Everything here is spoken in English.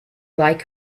like